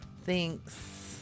Thanks